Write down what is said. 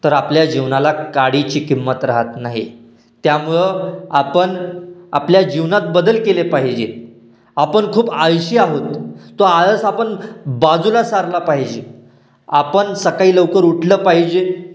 तर आपल्या जीवनाला काडीची किंमत राहत नाही त्यामुळं आपण आपल्या जीवनात बदल केले पाहिजे आपण खूप आळशी आहोत तो आळस आपण बाजूला सारला पाहिजे आपण सकाळी लवकर उठलं पाहिजे